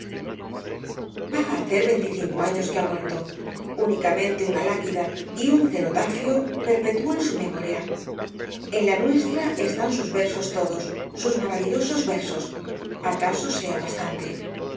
va á hacer veinticinco años que ha muerto únicamente una lápida y un cenotafio perpetúan su memoria en la nuestra están sus versos todos sus maravillosos versos acaso sea bastante